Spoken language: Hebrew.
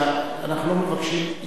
אנחנו לא מבקשים התנצחות.